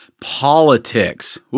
politics